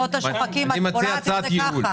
אני מציע הצעת ייעול.